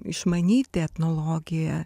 išmanyti etnologiją